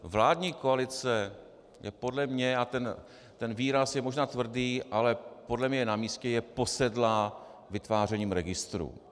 Vládní koalice podle mě ten výraz je možná tvrdý, ale podle mě je namístě je posedlá vytvářením registrů.